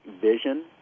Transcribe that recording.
vision